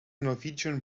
norwegian